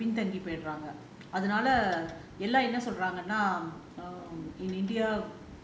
நிறையா வந்து பின்தங்கி போயிடறாங்க அதுனால எல்லா என்ன சொல்றாங்கன்னா:niraiya vanthu pinthaangi poidaraanga athunaala ella enna solraangannaa